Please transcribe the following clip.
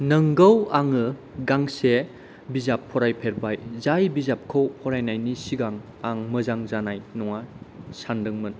नोंगौ आङो गांसे बिजाब फराय फेरबाय जाय बिजाबखौ फरायनायनि सिगां आं मोजां जानाय नङा सानदोंमोन